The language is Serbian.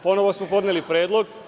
Ponovo smo podneli predlog.